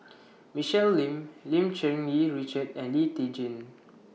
Michelle Lim Lim Cherng Yih Richard and Lee Tjin